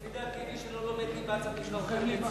לפי דעתי, מי שלא לומד ליבה צריך לשלוח לבית-סוהר.